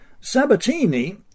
Sabatini